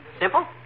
Simple